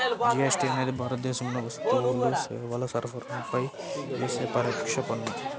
GST అనేది భారతదేశంలో వస్తువులు, సేవల సరఫరాపై యేసే పరోక్ష పన్ను